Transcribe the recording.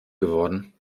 geworden